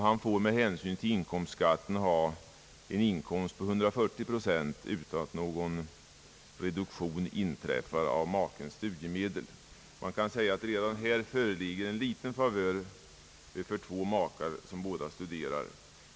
Han får med hänsyn till inkomstskatten ha en inkomst på 140 procent av basbeloppet utan att någon reduktion sker av makens studiemedel. Det kan sägas att det redan på denna punkt föreligger en liten favör gentemot två makar som båda studerar.